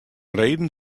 reden